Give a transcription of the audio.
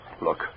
Look